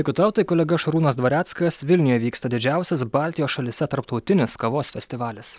dėkui tau tai kolega šarūnas dvareckas vilniuje vyksta didžiausias baltijos šalyse tarptautinis kavos festivalis